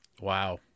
wow